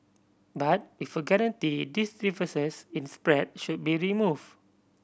but with a guarantee this difference in spread should be remove